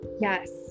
Yes